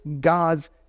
God's